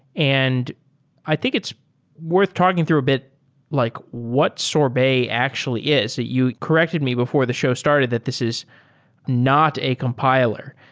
and i think it's worth talking through a bit like what sorbet actually is. you corrected me before the show started that this is not a compiler.